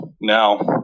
now